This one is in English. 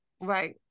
right